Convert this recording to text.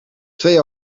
twee